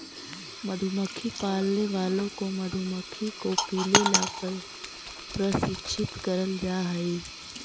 मधुमक्खी पालने वालों को मधुमक्खी को पीले ला प्रशिक्षित करल जा हई